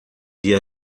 dia